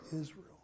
Israel